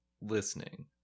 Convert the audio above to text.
listening